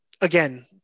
again